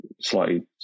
slightly